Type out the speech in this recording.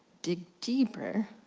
dig deeper.